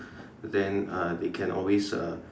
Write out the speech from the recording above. then uh they can always uh